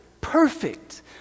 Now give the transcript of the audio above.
perfect